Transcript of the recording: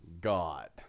God